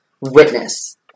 witness